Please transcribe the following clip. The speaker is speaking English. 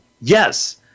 Yes